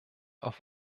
auf